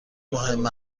مهم